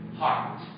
heart